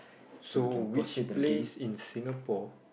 so which place in Singapore